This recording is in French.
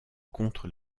contre